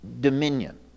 dominion